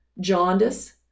jaundice